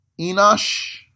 Enosh